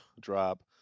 drop